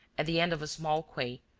at the end of a small quay,